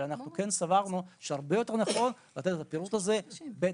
אבל אנחנו כן סברנו שהרבה יותר נכון לתת את הפירוט הזה בתקנות.